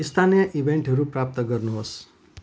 स्थानीय इभेन्टहरू प्राप्त गर्नुहोस्